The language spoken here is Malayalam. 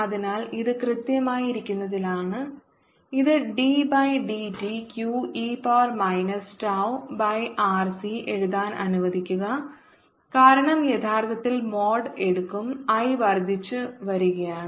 അതിനാൽ ഇത് കൃത്യമായിരിക്കുന്നതിനാലാണ് ഇത് d by dt q e power minus tau by R C എഴുതാൻ അനുവദിക്കുക കാരണം യഥാർത്ഥത്തിൽ മോഡ് എടുക്കും I വർദ്ധിച്ചുവരികയാണ്